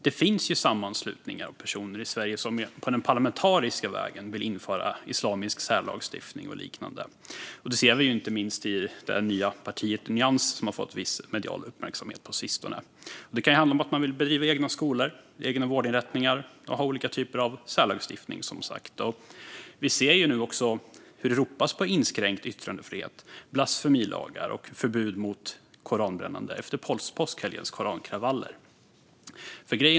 Det finns sammanslutningar och personer i Sverige som på den parlamentariska vägen vill införa islamisk särlagstiftning och liknande. Det ser vi inte minst i det nya Partiet Nyans som har fått viss medial uppmärksamhet på sistone. Det kan handla om att man vill driva egna skolor och egna vårdinrättningar och ha olika typer av särlagstiftning. Vi ser nu hur det ropas på inskränkt yttrandefrihet, blasfemilagar och förbud mot koranbrännande efter påskhelgens korankravaller.